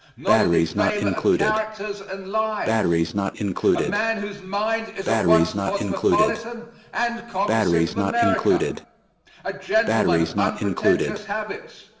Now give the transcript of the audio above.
not a defamer of characters and lives a man whose mind is at once cosmopolitan and composite of america a gentleman of unpretentious habits,